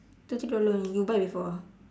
two three dollar only you buy before ah